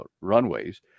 runways